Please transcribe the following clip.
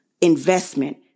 investment